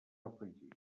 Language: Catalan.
afegit